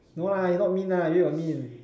no lah you not mean lah you where got mean